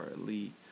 elite